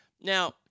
Now